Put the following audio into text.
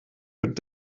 wird